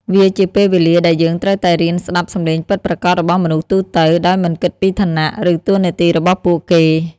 វាជាពេលវេលាដែលយើងត្រូវតែរៀនស្ដាប់សំឡេងពិតប្រាកដរបស់មនុស្សទូទៅ ដោយមិនគិតពីឋានៈ ឬតួនាទីរបស់ពួកគេ។